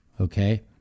Okay